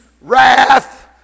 wrath